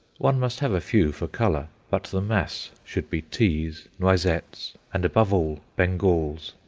one must have a few for colour but the mass should be teas, noisettes, and, above all, bengals.